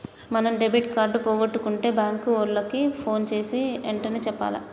మనం debit card పోగొట్టుకుంటే bank ఓళ్ళకి పోన్ జేసీ ఎంటనే చెప్పాల